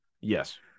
Yes